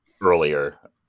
earlier